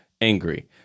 angry